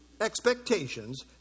expectations